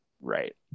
Right